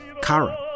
Kara